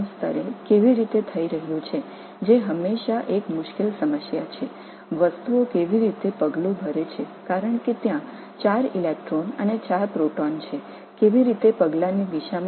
மூலக்கூறு மட்டத்தில் இது எவ்வாறு நிகழக்கூடும் எப்படி 4 எலக்ட்ரான் மற்றும் 4 புரோட்டான் இருப்பதால் விஷயங்கள் படிப்படியாக நடக்கின்றன